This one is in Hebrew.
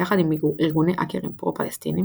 ביחד עם ארגוני האקרים פרו-פלסטיניים,